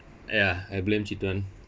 ya I blame children